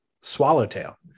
swallowtail